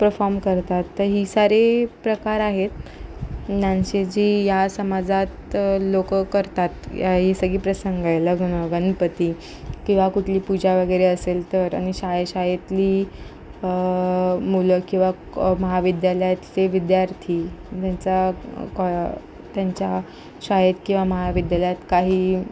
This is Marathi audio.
परफॉर्म करतात तर ही सारे प्रकार आहेत डान्सचे जी या समाजात लोकं करतात ही सगळी प्रसंग आहे लग्न गनपती किंवा कुठली पूजा वगैरे असेल तर आणि शाळेशाळेतली मुलं किंवा क महाविद्यालयातले विद्यार्थी त्यांचा क त्यांच्या शाळेत किंवा महाविद्यालयात काही